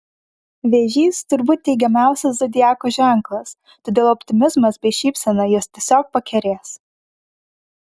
vėžys turbūt teigiamiausias zodiako ženklas todėl optimizmas bei šypsena juos tiesiog pakerės